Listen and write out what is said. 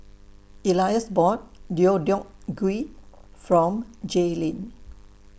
Elias bought Deodeok Gui from Jaylynn